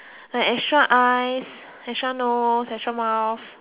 like extra eyes extra nose extra mouth